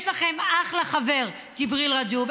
יש לכם אחלה חבר, ג'יבריל רג'וב.